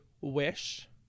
wish